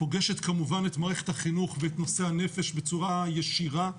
פוגשת כמובן את מערכת החינוך ואת נושא הנפש בצורה ישירה,